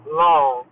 long